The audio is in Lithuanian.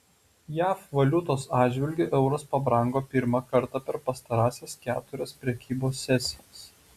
jav valiutos atžvilgiu euras pabrango pirmą kartą per pastarąsias keturias prekybos sesijas